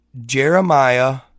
Jeremiah